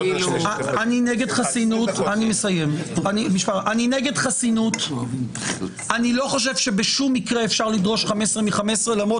אני לא חושב שבשום מקרה אפשר לדרוש 15 מתוך 15 למרות